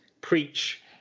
preach